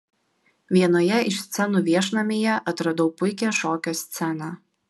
vienoje iš scenų viešnamyje atradau puikią šokio sceną